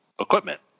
equipment